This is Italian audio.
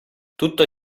tutto